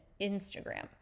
Instagram